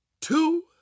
two